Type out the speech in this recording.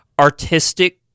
artistic